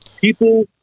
People